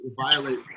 violate